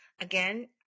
again